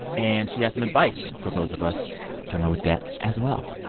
and she has some advice for those of us dealing with debt, as well